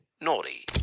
naughty